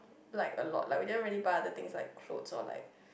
like a lot like we didn't really buy anything else like clothes or like